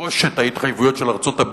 ראש את ההתחייבויות של ארצות-הברית,